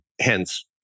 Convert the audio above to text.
hence